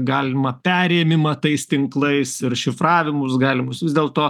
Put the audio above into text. galimą perėmimą tais tinklais ir šifravimus galimus vis dėlto